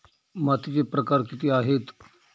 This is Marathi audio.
मातीचे प्रकार किती आहेत?